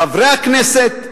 לחברי הכנסת,